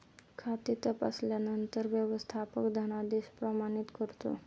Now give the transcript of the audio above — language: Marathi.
खाते तपासल्यानंतर व्यवस्थापक धनादेश प्रमाणित करतो